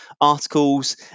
articles